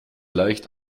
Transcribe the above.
leicht